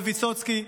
לוויסוצקי,